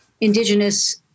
indigenous